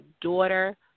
daughter